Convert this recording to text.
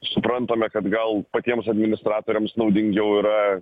suprantame kad gal patiems administratoriams naudingiau yra